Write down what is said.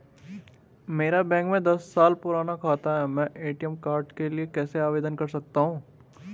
मेरा बैंक में दस साल पुराना खाता है मैं ए.टी.एम कार्ड के लिए कैसे आवेदन कर सकता हूँ?